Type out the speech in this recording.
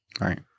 Right